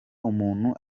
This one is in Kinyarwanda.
umuntu